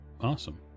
Awesome